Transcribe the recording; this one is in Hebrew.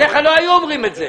עליך לא היו אומרים את זה.